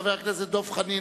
חבר הכנסת דב חנין,